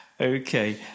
Okay